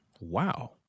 wow